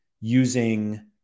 using